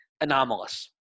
anomalous